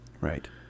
right